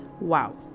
Wow